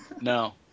No